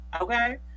okay